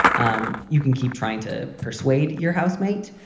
um you can keep trying to persuade your housemate.